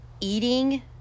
eating